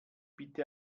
bitte